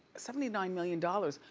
seventy nine million dollars,